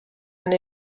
and